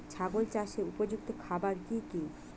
ছাগল চাষের উপযুক্ত খাবার কি কি?